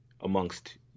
amongst